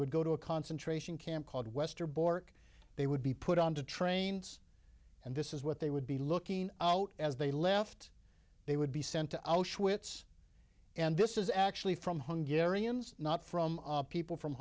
would go to a concentration camp called westerbork they would be put on to trains and this is what they would be looking out as they left they would be sent to auschwitz and this is actually from hungary ariens not from people from